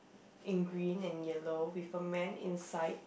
in green and yellow with a man inside